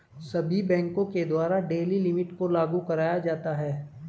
सभी बैंकों के द्वारा डेली लिमिट को लागू कराया जाता है